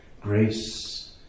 Grace